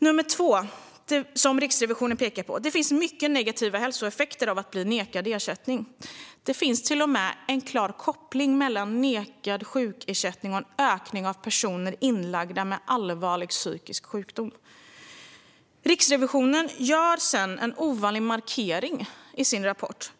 Det andra som Riksrevisionen pekar på är: Det finns mycket negativa hälsoeffekter av att bli nekad ersättning. Det finns till och med en klar koppling mellan nekad sjukersättning och en ökning av antalet personer inlagda med allvarlig psykisk sjukdom. Riksrevisionen gör sedan en ovanlig markering i sin rapport.